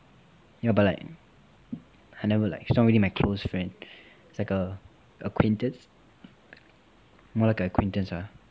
ya but like I never like it's not really my close friend it's like a acquaintance more like a acquaintance lah